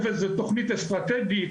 אין איזו תכנית אסטרטגית,